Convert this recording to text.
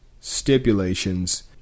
stipulations